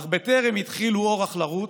// אך בטרם התחילו אורח לרוץ,